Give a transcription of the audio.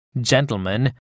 Gentlemen